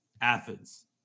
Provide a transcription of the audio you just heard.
Athens